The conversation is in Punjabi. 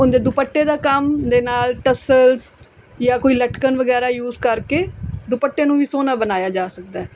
ਉਹਦੇ ਦੁਪੱਟੇ ਦਾ ਕੰਮ ਦੇ ਨਾਲ ਟਸਲਸ ਜਾਂ ਕੋਈ ਲਟਕਣ ਵਗੈਰਾ ਯੂਜ ਕਰਕੇ ਦੁਪੱਟੇ ਨੂੰ ਵੀ ਸੋਹਣਾ ਬਣਾਇਆ ਜਾ ਸਕਦਾ